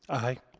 aye.